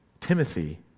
Timothy